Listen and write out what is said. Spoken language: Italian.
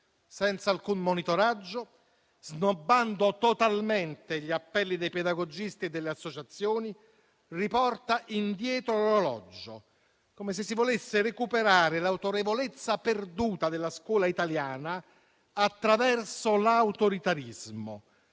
Senza alcun monitoraggio, snobbando totalmente gli appelli dei pedagogisti e delle associazioni, riporta indietro l'orologio, come se si volesse recuperare l'autorevolezza perduta della scuola italiana attraverso l'autoritarismo;